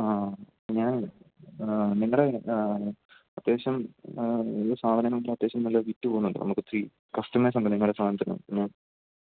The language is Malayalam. ആ ഞാൻ നിങ്ങളുടെ അത്യാവശ്യം സാധനങ്ങളെല്ലാം അത്യാവശ്യം നന്നായി വിറ്റു പോകുന്നുണ്ട് നമുക്കൊത്തിരി കസ്റ്റമേഴ്സുണ്ട് നിങ്ങളുടെ സാധനത്തിന്